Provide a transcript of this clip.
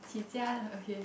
起家了 okay